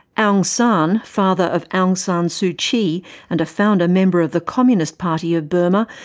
ah aung san, father of aung san suu kyi and a founder member of the communist party of burma,